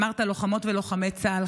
אמרת: לוחמות ולוחמי צה"ל,